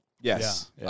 Yes